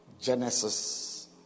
Genesis